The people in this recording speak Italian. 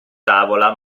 tavola